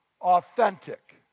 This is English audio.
authentic